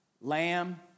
lamb